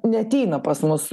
neateina pas mus